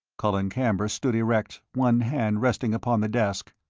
colin camber stood erect, one hand resting upon the desk.